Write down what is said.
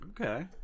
Okay